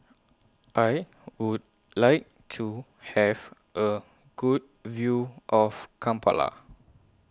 I Would like to Have A Good View of Kampala